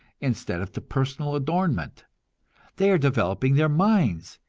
instead of to personal adornment they are developing their minds,